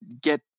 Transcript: get